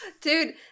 Dude